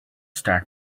start